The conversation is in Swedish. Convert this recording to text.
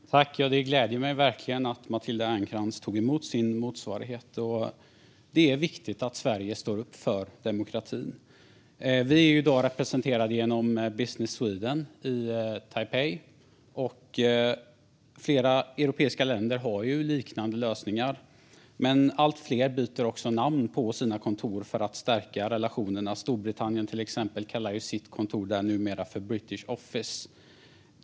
Fru talman! Det gläder mig verkligen att Matilda Ernkrans tog emot sin motsvarighet. Det är viktigt att Sverige står upp för demokratin. Vi är i dag representerade genom Business Sweden i Taipei, och flera europeiska länder har liknande lösningar. Men allt fler byter också namn på sina kontor för att stärka relationerna. Storbritannien, till exempel, kallar numera sitt kontor där för British Office.